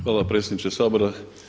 Hvala predsjedniče Sabora.